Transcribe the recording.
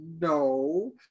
no